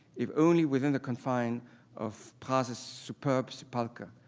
if only within the confines of praz's superb sepulcher.